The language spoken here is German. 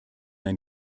ein